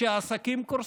שהעסקים קורסים.